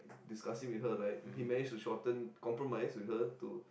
discussing with her right he manage to shorten compromise with her to